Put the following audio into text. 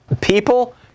people